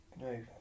No